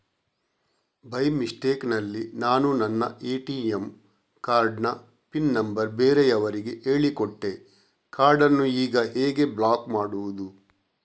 By mistake ನಲ್ಲಿ ನಾನು ನನ್ನ ಎ.ಟಿ.ಎಂ ಕಾರ್ಡ್ ನ ಪಿನ್ ನಂಬರ್ ಬೇರೆಯವರಿಗೆ ಹೇಳಿಕೊಟ್ಟೆ ಕಾರ್ಡನ್ನು ಈಗ ಹೇಗೆ ಬ್ಲಾಕ್ ಮಾಡುವುದು?